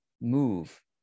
move